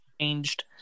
changed